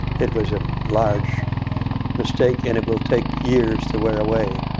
it was a large mistake, and it will take years to wear away.